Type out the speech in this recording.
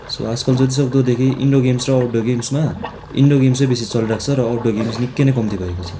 so आजकल जतिसक्दो देखेँ इन्डोर गेम्स र आउटडोर गेम्समा इन्डोर गेम्स चाहिँ बेसी चलिरहेको छ र आउटडोर गेम्स चाहिँ निक्कै नै कम्ती भएको छ